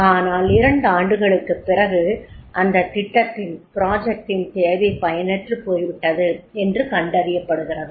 ஆனால் 2 ஆண்டுகளுக்குப் பிறகு அந்த திட்டத்தின் தேவை பயனற்றுப் போய்விட்டது என்று கண்டறியப்படுகிறது